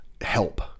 help